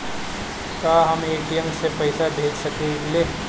का हम ए.टी.एम से पइसा भेज सकी ले?